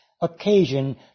occasion